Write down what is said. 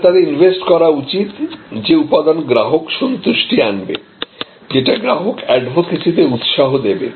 আপনার তা'তে ইনভেস্ট করা উচিত যে উপাদান গ্রাহক সন্তুষ্টি আনবে যেটা গ্রাহক অ্যাডভোকেসিতে উৎসাহ দেবে